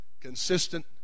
consistent